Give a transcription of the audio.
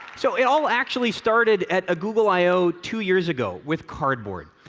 so it all actually started at a google i o two years ago with cardboard.